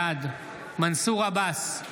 בעד מנסור עבאס,